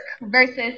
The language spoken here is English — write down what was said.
versus